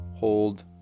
Hold